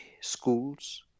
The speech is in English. schools